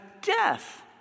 death